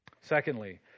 Secondly